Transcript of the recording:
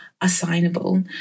assignable